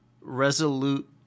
resolute